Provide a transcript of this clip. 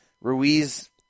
Ruiz